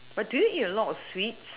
but do you eat a lot of sweets